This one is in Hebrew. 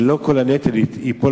שלא כל הנטל ייפול